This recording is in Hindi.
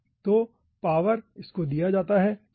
तो पॉवर इसको दिया जाता है ठीक है